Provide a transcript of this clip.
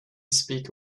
speak